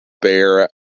bear